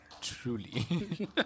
Truly